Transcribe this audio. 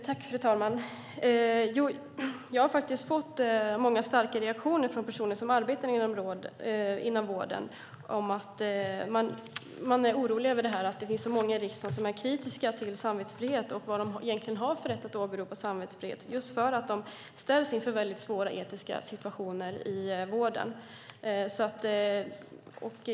Fru talman! Jag har fått många starka reaktioner från personer som arbetar inom vården om att de är oroliga för att många i riksdagen är kritiska till samvetsfrihet. De undrar också vad de har för rätt att åberopa samvetsfrihet just för att de ställs inför svåra etiska situationer i vården.